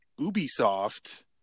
Ubisoft